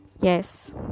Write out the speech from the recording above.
yes